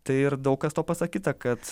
tai ir daug kas tuo pasakyta kad